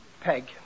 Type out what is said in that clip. Peg